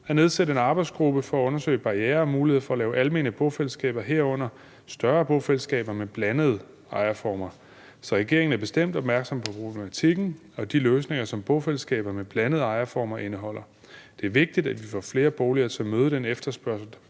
at nedsætte en arbejdsgruppe for at undersøge barrierer og muligheder for at lave almene bofællesskaber, herunder større bofællesskaber med blandede ejerformer. Så regeringen er bestemt opmærksom på problematikken og de løsninger, som bofællesskaber med blandede ejerformer indeholder. Det er vigtigt, at vi får flere boliger for at møde den efterspørgsel,